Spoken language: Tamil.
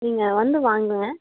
நீங்கள் வந்து வாங்குங்க